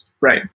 Right